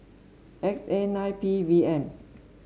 X A nine P V M